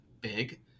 big